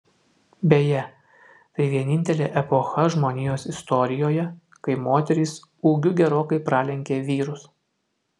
beje tai vienintelė epocha žmonijos istorijoje kai moterys ūgiu gerokai pralenkė vyrus